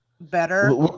better